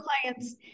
clients